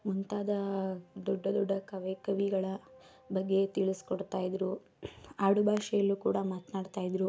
ಮುಂತಾದ ದೊಡ್ಡ ದೊಡ್ಡ ಕವಿ ಕವಿಗಳ ಬಗ್ಗೆ ತಿಳಿಸ್ಕೊಡ್ತಾ ಇದ್ದರು ಆಡು ಭಾಷೆಯಲ್ಲಿಯೂ ಕೂಡ ಮಾತನಾಡ್ತಾ ಇದ್ದರು